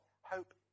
hope